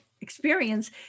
experience